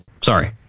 Sorry